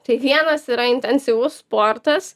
tai vienas yra intensyvus sportas